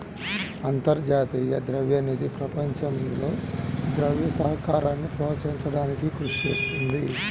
అంతర్జాతీయ ద్రవ్య నిధి ప్రపంచంలో ద్రవ్య సహకారాన్ని ప్రోత్సహించడానికి కృషి చేస్తుంది